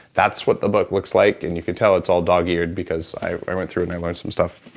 that's what the book looks like, and you can tell it's all dog-eared because i i went through and i learned some stuff.